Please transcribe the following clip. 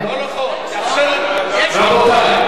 לא נכון, תרשה לי.